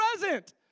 present